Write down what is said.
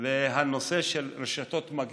והנושא של רשתות מגן.